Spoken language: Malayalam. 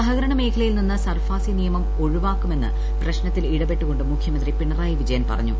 സഹകരണ മേഖലയിൽ നിന്ന് സർഫാസി നിയമം ഒഴിവാക്കുമെന്ന് പ്രശ്നത്തിൽ ഇടപെട്ടുകൊണ്ട് മുഖ്യമന്ത്രി പിണറായി വിജയൻ പറഞ്ഞു